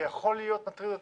היכול להיות מטריד אותי.